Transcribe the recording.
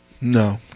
no